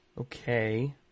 Okay